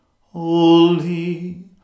holy